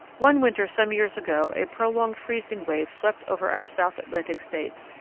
one winter some years ago a prolonged freezing wave swept over our south atlantic states,